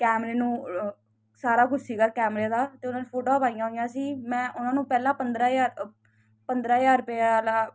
ਕੈਮਰੇ ਨੂੰ ਸਾਰਾ ਕੁਝ ਸੀਗਾ ਕੈਮਰੇ ਦਾ ਤੇ ਉਹਨਾਂ ਨੇ ਫੋਟੋ ਪਾਈਆਂ ਹੋਈਆਂ ਸੀ ਮੈਂ ਉਹਨਾਂ ਨੂੰ ਪਹਿਲਾਂ ਪੰਦਰਾਂ ਹਜ਼ਾਰ ਰੁਪਇਆ